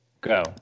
go